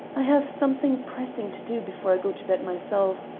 i have something pressing to do before i go to bed myself,